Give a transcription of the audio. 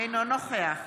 אינו נוכח